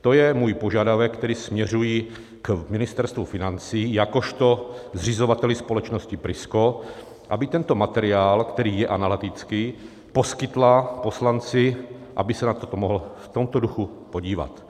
To je můj požadavek, který směřuji k Ministerstvu financí jakožto zřizovateli společnosti Prisko, aby tento materiál, který je analytický, poskytla poslanci, aby se na toto mohl v tomto duchu podívat.